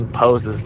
poses